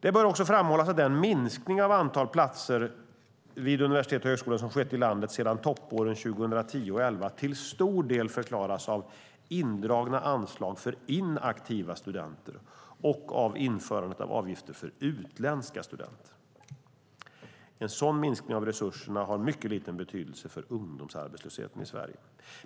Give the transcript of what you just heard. Det bör också framhållas att den minskning av antal platser vid universitet och högskolor som skett i landet sedan toppåren 2010 och 2011 till stor del förklaras av indragna anslag för inaktiva studenter och av införandet av avgifter för utländska studenter. En sådan minskning av resurserna har mycket liten betydelse för ungdomsarbetslösheten i Sverige.